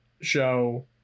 show